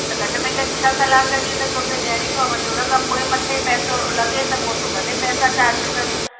त घट में घटि छह कलाक जी त तोखे ॾियणी पवंदी उन खां पोइ मथे पैसो लॻे त पोइ तूं भले पैसा चार्ज कर